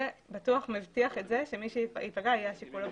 זה בטוח מבטיח את זה שמי שייפגע יהיה השיקול הבריאותי.